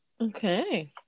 Okay